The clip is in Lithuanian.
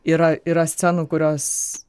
yra yra scenų kurios